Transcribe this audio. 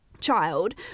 child